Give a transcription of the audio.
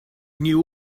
knew